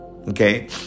okay